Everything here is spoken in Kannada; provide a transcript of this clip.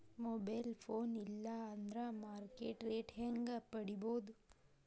ಮೊಬೈಲ್ ಫೋನ್ ಇಲ್ಲಾ ಅಂದ್ರ ಮಾರ್ಕೆಟ್ ರೇಟ್ ಹೆಂಗ್ ಪಡಿಬೋದು?